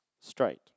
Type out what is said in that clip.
straight